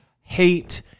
hate